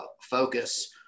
focus